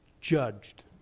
Judged